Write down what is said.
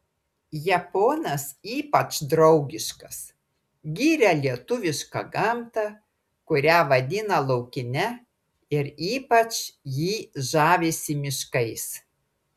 japonas ypač draugiškas giria lietuvišką gamtą kurią vadina laukine ir ypač jį žavisi miškais